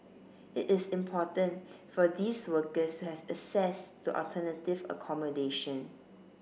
it is important for these workers have access to alternative accommodation